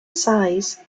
size